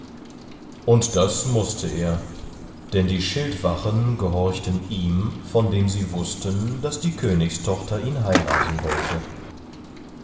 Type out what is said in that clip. und das mußte er denn die schildwachen gehorchten ihm von dem sie wußten daß die königstochter ihn heiraten wollte